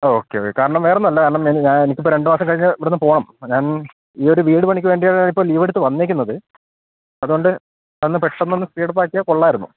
okay okay കാരണം വന്ന അല്ല കാരണം ഞാൻനിക്കിപ്പപ്പോ രണ്ട് മാസം കഴിഞ്ഞാ ഇവിടുന്ന് പോണംാം ഞാൻ ഈ ഒരു വീട് മണിക്ക് വേണ്ടിയാണ് ഇപ്പപ്പോ ലീവ എടുത്ത് വന്നിേക്കുന്നത് അതുകൊണ്ട് അന്ന് പെക്ഷണൊന്ന് സ്പീഡപ്പ ആാക്കിയാ കൊള്ളായിരുന്നു